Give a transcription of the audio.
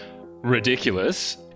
ridiculous